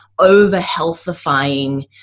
overhealthifying